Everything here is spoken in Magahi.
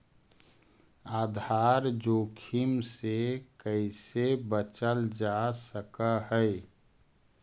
आधार जोखिम से कइसे बचल जा सकऽ हइ?